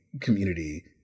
community